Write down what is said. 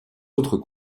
autres